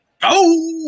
go